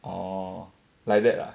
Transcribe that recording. orh like that lah